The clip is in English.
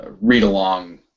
read-along